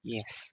Yes